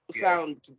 found